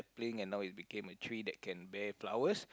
playing and now it became a tree that can bear flowers